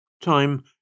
Time